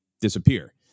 disappear